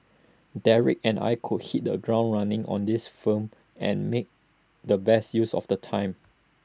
Derek and I could hit the ground running on this film and make the best use of the time